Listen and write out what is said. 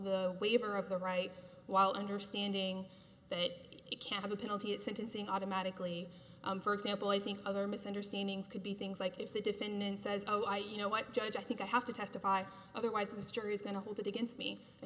the waiver of the right while understanding that it can have a penalty at sentencing automatically for example i think other misunderstandings could be things like if the defendant says oh i you know what judge i think i have to testify otherwise this jury is going to hold it against me i